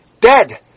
Dead